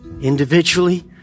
individually